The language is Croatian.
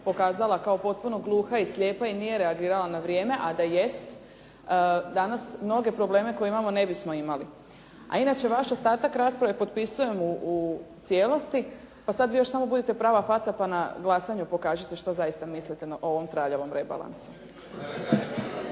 pokazala kao potpuno gluha i slijepa i nije reagirala na vrijeme, a da jest danas mnoge probleme koje imamo ne bismo imali. A inače, vaš ostatak rasprave potpisujem u cijelosti pa sad vi još samo budite prava faca pa na glasanju pokažite šta zaista mislite o ovom traljavom rebalansu.